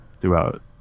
throughout